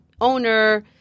owner